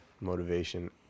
motivation